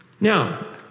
Now